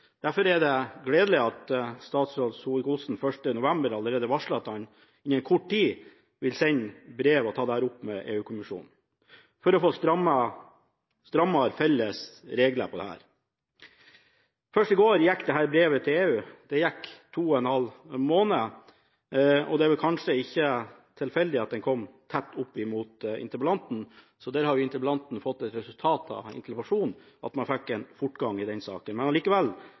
Derfor er det gledelig at statsråd Solvik-Olsen allerede 1. november varslet at han innen kort tid ville sende brev til EU-kommisjonen og ta dette opp for å få strammere og felles regler på dette. Først i går gikk brevet til EU, det gikk to og en halv måned. Det er kanskje ikke tilfeldig at dette kom tett opptil interpellasjonen, så interpellanten har fått som resultat av interpellasjonen at man fikk fortgang i denne saken. Men ministeren skal allikevel